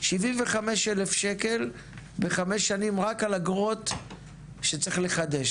75,000 שקלים בחמש שנים רק על אגרות שצריך לחדש.